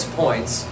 points